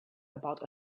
about